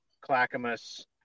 Clackamas